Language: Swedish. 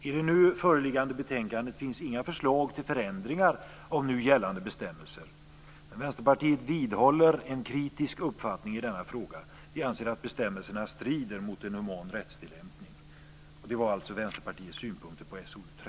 I det nu föreliggande betänkandet finns inga förslag till förändringar av nu gällande bestämmelser. Vänsterpartiet vidhåller sin kritiska uppfattning i denna fråga. Vi anser att bestämmelserna strider mot en human rättstillämpning.